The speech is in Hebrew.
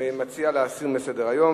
מציע להסיר מסדר-היום.